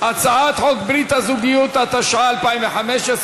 הצעת חוק ברית הזוגיות, התשע"ה 2015,